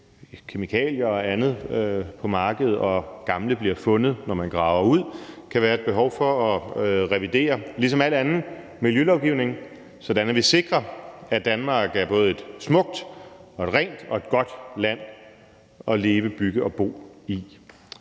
kemikalier og andet på markedet og gamle bliver fundet, når man graver ud, kan være et behov for at revidere det, ligesom med al anden miljølovgivning, sådan at vi sikrer, at Danmark er både et smukt og et rent og et godt land at leve, bygge og bo i.